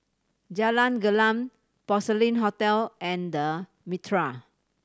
Jalan Gelam Porcelain Hotel and Mitraa